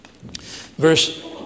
Verse